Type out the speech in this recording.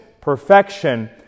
perfection